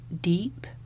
deep